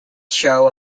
show